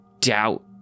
doubt